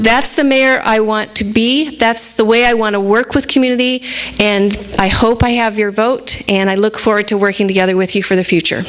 that's the mayor i want to be that's the way i want to work with community and i hope i have your vote and i look forward to working together with you for the future